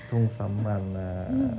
中 summon ah